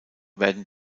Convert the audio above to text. werden